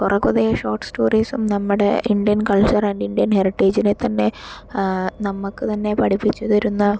കുറേ പുതിയ ഷോർട്ട് സ്റ്റോറീസും നമ്മുടെ ഇന്ത്യൻ കൾച്ചർ ആൻഡ് ഇന്ത്യൻ ഹെറിറ്റേജിനെ തന്നെ നമുക്ക് തന്നെ പഠിപ്പിച്ചു തരുന്ന